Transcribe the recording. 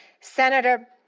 Senator